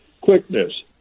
quickness